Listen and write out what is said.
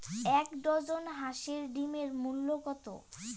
এক ডজন হাঁসের ডিমের মূল্য কত?